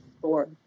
four